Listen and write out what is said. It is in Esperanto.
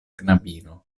knabino